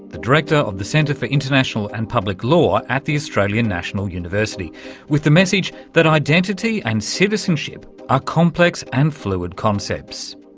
the director of the centre for international and public law at the australian national university with the message that identity and citizenship are complex and fluid concepts.